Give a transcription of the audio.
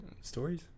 stories